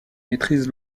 maîtrise